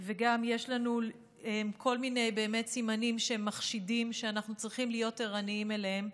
וגם יש לנו כל מיני סימנים שמחשידים שאנחנו צריכים להיות ערניים אליהם.